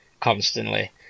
constantly